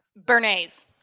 Bernays